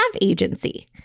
agency